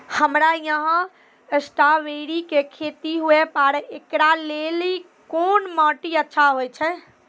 हमरा यहाँ स्ट्राबेरी के खेती हुए पारे, इकरा लेली कोन माटी अच्छा होय छै?